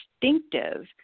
distinctive